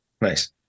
Nice